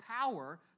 power